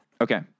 Okay